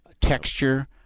texture